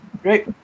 great